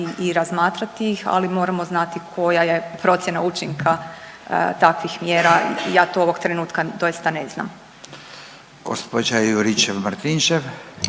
i razmatrati ih, ali moramo znati koja je procjena učinka takvih mjera. Ja to ovog trenutka doista ne znam. **Radin, Furio